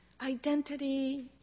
Identity